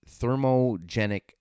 thermogenic